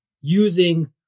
using